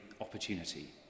opportunity